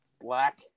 black